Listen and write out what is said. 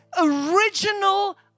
original